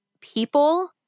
people